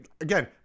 Again